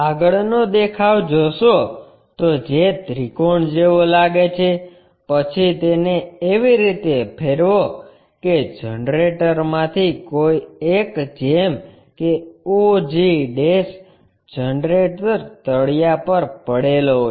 આગળનો દેખાવ જોશો તો જે ત્રિકોણ જેવો લાગે છે પછી તેને એવી રીતે ફેરવો કે જનરેટર્સમાંથી કોઈ એક જેમ કે og જનરેટર તળીયા પર પડેલો હોય